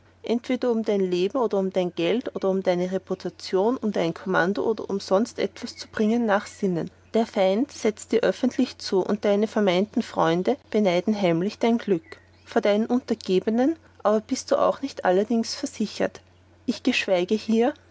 entweder um dein leben oder um dein geld oder um deine reputation oder um dein kommando oder um sonsten etwas zu bringen nachsinnen der feind setzt dir offentlich zu und deine vermeinte freunde beneiden heimlich dein glück vor deinen untergebenen aber bist du auch nicht allerdings versichert ich geschweige hier